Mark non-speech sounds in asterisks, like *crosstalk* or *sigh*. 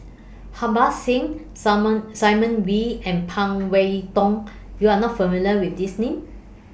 Harbans Singh *unintelligible* Simon Wee and Phan Wait Hong YOU Are not familiar with These Names